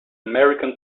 american